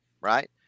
right